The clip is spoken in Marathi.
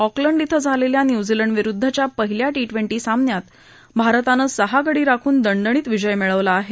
ऑकलंड शिं झालेल्या न्यूझीलंडविरुद्धच्या पहिल्या शिं रिंगी सामन्यात भारतानं सहा गडी राखून दणदणीत विजय मिळवला आहे